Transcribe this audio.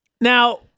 Now